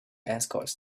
escorts